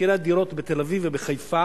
מחירי הדירות בתל-אביב ובחיפה,